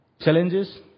challenges